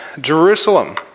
Jerusalem